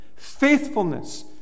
faithfulness